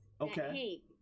Okay